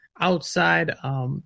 outside